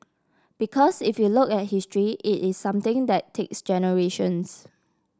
because if you look at history it is something that takes generations